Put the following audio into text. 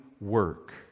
work